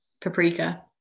Paprika